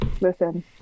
Listen